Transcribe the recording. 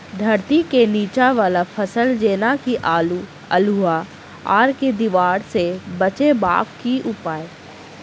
धरती केँ नीचा वला फसल जेना की आलु, अल्हुआ आर केँ दीवार सऽ बचेबाक की उपाय?